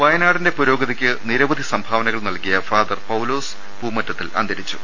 വയനാടിന്റെ പുരോഗതിക്ക് നിരവധി സംഭാവനകൾ നൽകിയ ഫാദർ പൌലോസ് പൂമറ്റത്തിൽ അന്തരിച്ചു